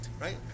Right